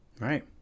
Right